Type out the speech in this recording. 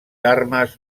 armes